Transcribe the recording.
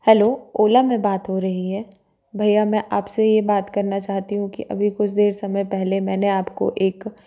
hello Ola में बात हो रही है भैया आपसे ये बात करना चाहती हूँ कि अभी कुछ देर समय पहले मैंने आपको एक